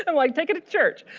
and like take it to church.